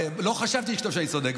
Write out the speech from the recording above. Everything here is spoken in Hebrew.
הרי לא חשבתי שתחשוב שאני צודק.